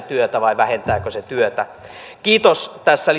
työtä vai vähentävätkö ne työtä kiitos tässä